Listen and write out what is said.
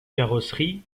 carrosserie